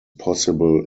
possible